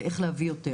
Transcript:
לאיך להביא יותר.